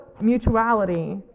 mutuality